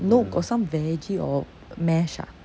no got some veggie or mash ah